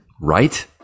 Right